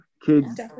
Kids